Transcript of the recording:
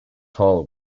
tall